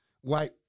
white